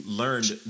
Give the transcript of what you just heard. learned